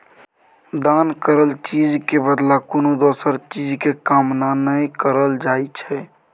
दान करल चीज के बदला कोनो दोसर चीज के कामना नइ करल जाइ छइ